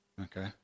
Okay